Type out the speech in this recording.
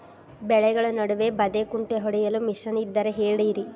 ಬೆಳೆಗಳ ನಡುವೆ ಬದೆಕುಂಟೆ ಹೊಡೆಯಲು ಮಿಷನ್ ಇದ್ದರೆ ಹೇಳಿರಿ